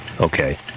Okay